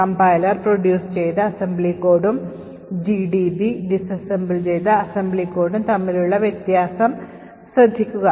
Compiler produce ചെയ്ത assembly കോഡും GDB disassemble ചെയ്ത അസംബ്ലി കോഡും തമ്മിലുള്ള വ്യത്യാസം ശ്രദ്ധിക്കുക